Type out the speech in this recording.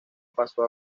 pasó